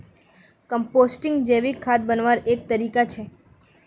composting जैविक खाद बन्वार एक तरीका छे